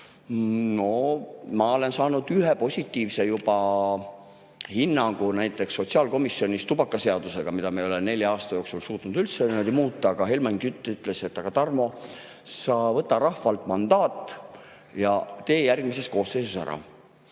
Ma olen saanud juba ühe positiivse hinnangu näiteks sotsiaalkomisjonis tubakaseadusele, mida me ei ole nelja aasta jooksul suutnud üldse muuta, aga Helmen Kütt ütles, et Tarmo, sa võta rahvalt mandaat ja tee järgmises koosseisus see